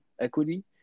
equity